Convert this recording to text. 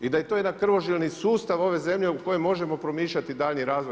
I da je to jedan krvožilni sustav ove zemlje, u kojem možemo promišljati daljnji razvoj